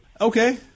Okay